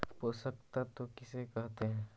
पोषक तत्त्व किसे कहते हैं?